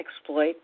exploit